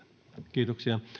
kiitoksia